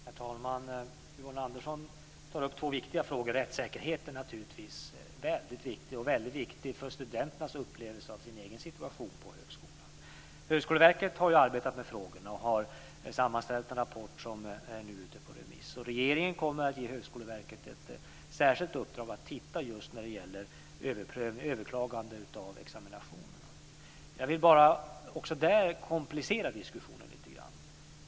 Herr talman! Yvonne Andersson tar upp två viktiga frågor. Rättssäkerhet är naturligtvis väldigt viktig och väldigt viktig för studenternas upplevelse av sin egen situation på högskolan. Högskoleverket har arbetat med frågorna och har sammanställt en rapport som nu är ute på remiss. Regeringen kommer att ge Högskoleverket ett särskilt uppdrag att titta just på överklagande av examinationerna. Jag vill bara komplicera diskussionen lite grann.